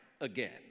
again